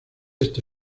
este